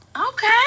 Okay